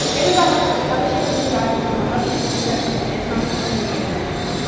it is our hope that the publishing of this document will help change the perception of islam's history in america.